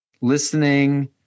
listening